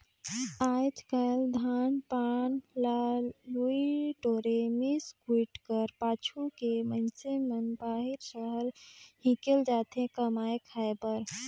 आएज काएल धान पान ल लुए टोरे, मिस कुइट कर पाछू के मइनसे मन बाहिर सहर हिकेल जाथे कमाए खाए बर